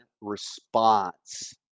response